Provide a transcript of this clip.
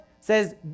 says